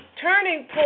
Turning